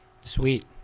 sweet